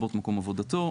לרבות מקום עבודתו,